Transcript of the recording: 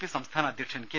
P സംസ്ഥാന അധ്യക്ഷൻ K